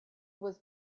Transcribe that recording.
was